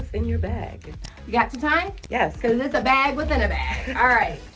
in your bag. you got some time? yes. cause it's a bag within a bag. all right,